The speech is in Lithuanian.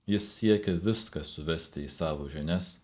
jis siekia viską suvesti į savo žinias